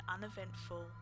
uneventful